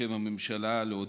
בשם הממשלה: